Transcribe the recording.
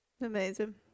Amazing